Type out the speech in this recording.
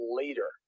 later